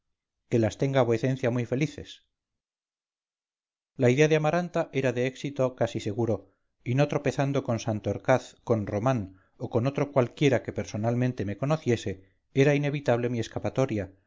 qué las tenga vuecencia muy felices la idea de amaranta era de éxito casi seguro y no tropezando con santorcaz con román o con otro cualquiera que personalmente me conociese era inevitable mi escapatoria